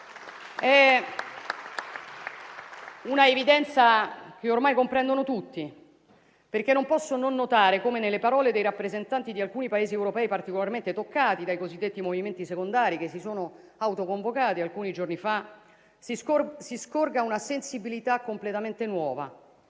È un'evidenza che ormai comprendono tutti, perché non posso non notare come nelle parole dei rappresentanti di alcuni Paesi europei particolarmente toccati dai cosiddetti movimenti secondari, che si sono autoconvocati alcuni giorni fa, si scorga una sensibilità completamente nuova.